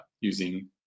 using